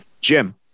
jim